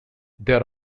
there